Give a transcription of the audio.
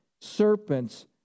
serpents